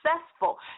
successful